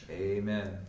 Amen